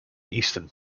easton